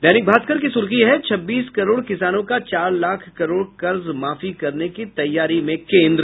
दैनिक भास्कर की सुर्खी है छब्बीस करोड़ किसानों का चार लाख करोड़ कर्ज माफी करने की तैयारी में केन्द्र